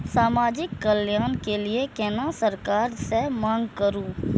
समाजिक कल्याण के लीऐ केना सरकार से मांग करु?